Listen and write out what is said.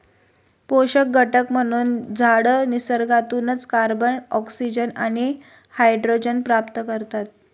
पोषक घटक म्हणून झाडं निसर्गातूनच कार्बन, ऑक्सिजन आणि हायड्रोजन प्राप्त करतात